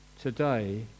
today